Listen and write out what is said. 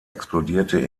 explodierte